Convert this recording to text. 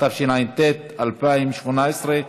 התשע"ט 2018,